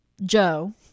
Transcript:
Joe